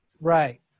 right